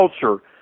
culture